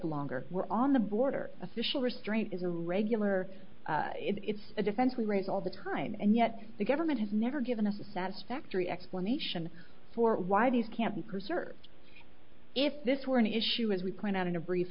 preserved longer we're on the border official restraint is a regular it's a defense we raise all the time and yet the government has never given us a satisfactory explanation for why these can't be preserved if this were an issue as we point out in the brief